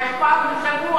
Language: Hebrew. אז רק פעם בשבוע.